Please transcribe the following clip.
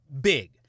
big